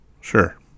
Sure